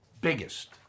biggest